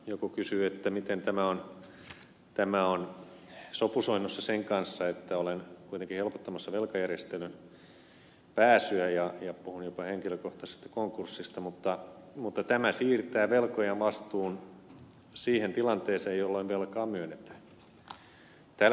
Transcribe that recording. joku kysyi miten tämä on sopusoinnussa sen kanssa että olen kuitenkin helpottamassa velkajärjestelyyn pääsyä ja puhun jopa henkilökohtaisesta konkurssissa mutta tämä siirtää velkojan vastuun siihen tilanteeseen jolloin velkaa myönnetään